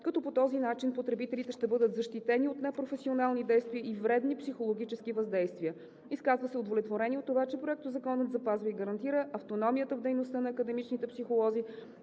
като по този начин потребителите ще бъдат защитени от непрофесионални действия и вредни психологически въздействия. Изказва се удовлетворение от това, че Проектозаконът запазва и гарантира автономията в дейността на академичните психолози,